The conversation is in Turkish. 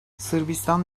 sırbistan